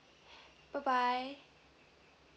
bye bye